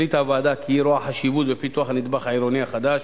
החליטה הוועדה כי היא רואה חשיבות בפיתוח הנדבך העירוני החדש